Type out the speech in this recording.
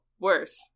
Worse